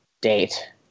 date